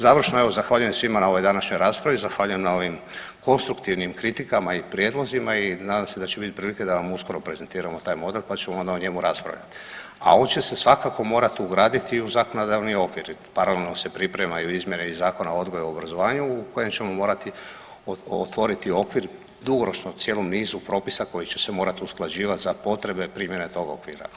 Završno, evo zahvaljujem svima na ovoj današnjoj raspravi, zahvaljujem na ovim konstruktivnim kritikama i prijedlozima i nadam se da će bit prilike da vam uskoro prezentiramo taj model, pa ćemo onda o njemu raspravljati, a on će se svakako morat ugraditi u zakonodavni okvir jer paralelno se pripremaju i izmjene iz Zakona o odgoju i obrazovanju u kojem ćemo morati otvoriti okvir dugoročno cijelom nizu propisa koji će se morat usklađivat za potrebe primjene tog okvira.